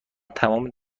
تمام